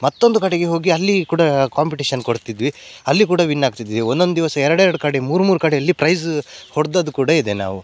ಮತ್ತೊಂದು ಕಡೆಗೆ ಹೋಗಿ ಅಲ್ಲಿ ಕೂಡ ಕಾಂಪಿಟೇಷನ್ ಕೊಡ್ತಿದ್ವಿ ಅಲ್ಲಿ ಕೂಡ ವಿನ್ ಆಗ್ತಿದ್ವಿ ಒಂದೊಂದು ದಿವಸ ಎರಡೆರಡು ಕಡೆ ಮೂರು ಮೂರು ಕಡೆಯಲ್ಲಿ ಪ್ರೈಝ್ ಹೊಡ್ದದ್ದು ಕೂಡ ಇದೆ ನಾವು